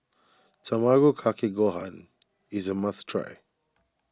Tamago Kake Gohan is a must try